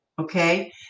Okay